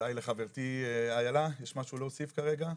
אולי לחברתי אילה יש משהו להוסיף כרגע?